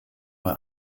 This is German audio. bei